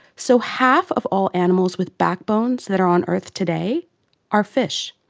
so, half of all animals with backbones that are on earth today are fish!